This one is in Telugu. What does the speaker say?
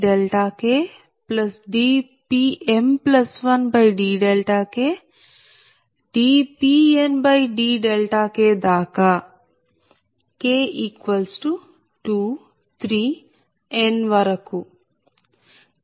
n ఈ విధంగా రాయచ్చు